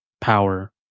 power